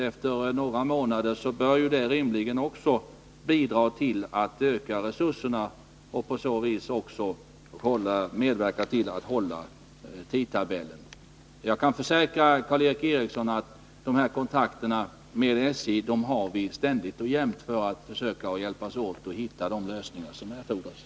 Efter några månader bör detta rimligen också bidra till att öka resurserna och därigenom medverka till att tidtabellen hålls. Jag kan försäkra Karl Erik Eriksson att vi ständigt har kontakter med SJ för att försöka hjälpas åt att hitta de lösningar som erfordras.